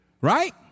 Right